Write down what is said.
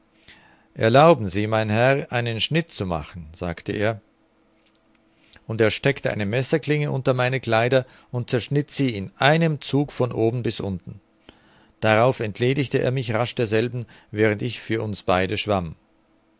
erlaube mir mein herr einen schnitt zu machen sagte er und er steckte eine messerklinge unter meine kleider und zerschnitt sie in einem zug von oben bis unten darauf entledigte er mich rasch derselben während ich für uns beide schwamm